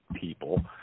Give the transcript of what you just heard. people